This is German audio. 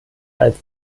als